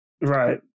Right